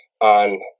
on